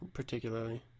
particularly